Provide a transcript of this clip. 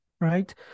Right